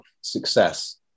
success